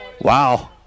wow